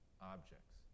objects